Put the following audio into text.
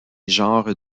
genres